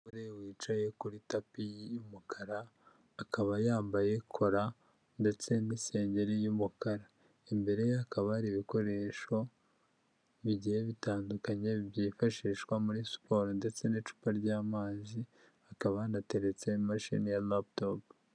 Umugore wicaye kuri tapi y'umukara akaba yambaye kola ndetse n'isengeri y'umukara, imbere ye hakaba hari ibikoresho bigiye bitandukanye byifashishwa muri siporo ndetse n'icupa ry'amazi, hakaba hanateretse imashini ya laputopu.